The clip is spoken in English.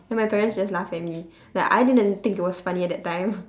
and my parents just laughed at me like I didn't think it was funny at that time